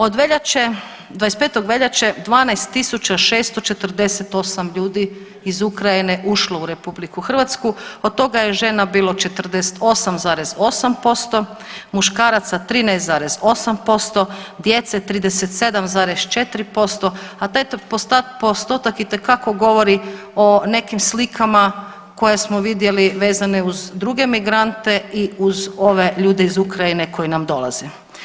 Od veljače, 25. veljače 12.648 ljudi iz Ukrajine ušlo u RH od toga je žena bilo 48,8%, muškaraca 13,8%, djece 37,4%, a taj postotak itekako govori o nekim slikama koje smo vidjeli vezane uz druge migrante i uz ove ljude iz Ukrajine koji nam dolaze.